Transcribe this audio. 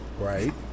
Right